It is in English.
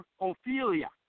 Ophelia